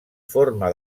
forma